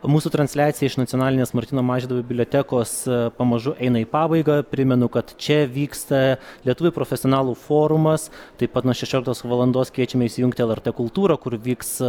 mūsų transliacija iš nacionalinės martyno mažvydo bibliotekos pamažu eina į pabaigą primenu kad čia vyksta lietuvių profesionalų forumas taip pat nuo šešioliktos valandos kviečiame įsijungti lrt kultūrą kur vyks